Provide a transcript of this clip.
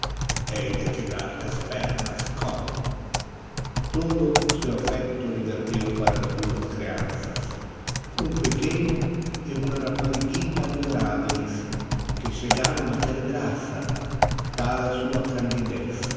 hei de quebrar-te as pernas cão todo o seu affecto reverteu para as duas creanças um pequeno e uma rapariguita adoraveis que chegavam a ter graça tal a sua